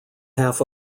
half